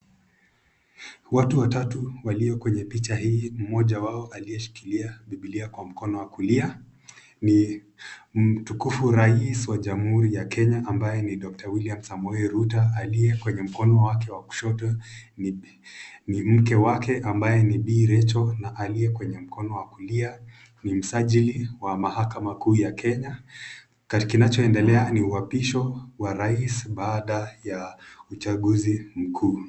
Watu watatu walio kwenye picha hii mmoja wao aliyeshikilia Bibilia kwa mkono wakulia ni mtukufu Rais wa jamhuri ya Kenya ambaye ni Willian Samoei Ruto, aliye kwenye mkono wake wa kushoto ni mke wake ambaye ni Bi Rachael na aliye kwa mkono wa kulia ni msajili ya mahakama kuu ya Kenya, kinachoendelea ni nuapisho wa rais baada ya uchaguzi mkuu.